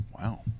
Wow